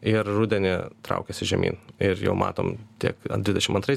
ir rudenį traukiasi žemyn ir jau matom tiek dvidešim antrais